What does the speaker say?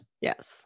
Yes